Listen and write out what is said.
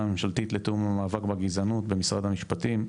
הממשלתית לתיאום המאבק בגזענות במשרד המשפטים,